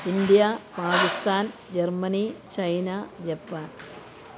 India Pakistan Germany China Japan